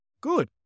good